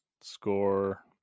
score